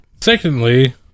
Secondly